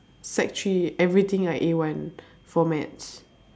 sec three everything I A one for maths